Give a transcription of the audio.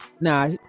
Nah